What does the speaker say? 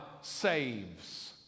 saves